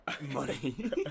Money